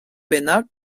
bennak